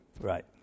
Right